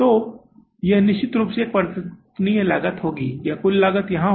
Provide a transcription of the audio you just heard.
तो यह निश्चित रूप से परिवर्तनीय लागत होगी कुल लागत यहां होगी